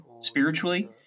spiritually